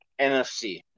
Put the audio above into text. NFC